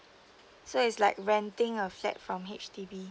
so is like renting a flat from H_D_B